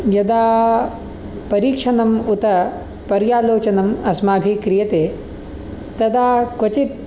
यदा परीक्षनम् उत पर्यालोचनम् अस्माभिः क्रियते तदा क्वचित्